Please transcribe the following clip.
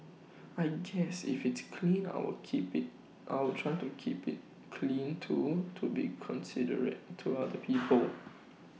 I guess if it's clean I will keep IT I will try to keep IT clean too to be considerate to other people